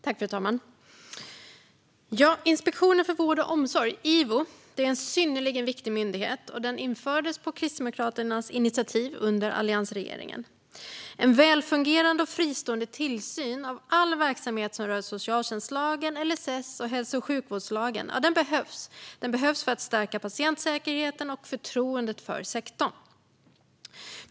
Fru talman! Inspektionen för vård och omsorg, IVO, är en synnerligen viktig myndighet som inrättades på Kristdemokraternas initiativ under alliansregeringen. En välfungerande och fristående tillsyn av all verksamhet som rör socialtjänstlagen, LSS och hälso och sjukvårdslagen behövs för att stärka patientsäkerheten och förtroendet för sektorn.